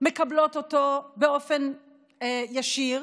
מקבלות אותו באופן ישיר,